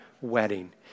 wedding